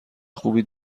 خوبی